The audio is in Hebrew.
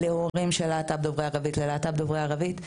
להורים של להט״ב דוברי ערבית וללהט״ב דוברי ערבית.